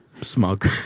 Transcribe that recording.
Smug